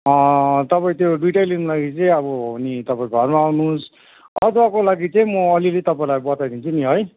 तपाईँ त्यो दुईवटै लिनु लागि चाहिँ अब नि तपाईँ घरमा आउनुहोस् अदुवाको लागि चाहिँ म अलिअलि तपाईँलाई बताइदिन्छु नि है